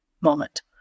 moment